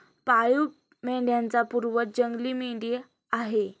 पाळीव मेंढ्यांचा पूर्वज जंगली मेंढी आहे